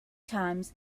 times